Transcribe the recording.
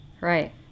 Right